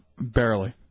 Barely